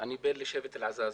אני בן לשבט אל-עזאזמה.